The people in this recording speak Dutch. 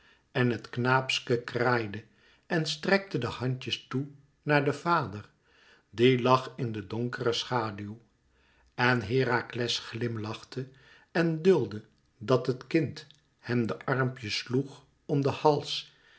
en het knaapske kraaide en strekte de handjes toe naar den vader die lag in de donkere schaduw en herakles glimlachte en duldde dat het kind hem de armpjes sloeg om den hals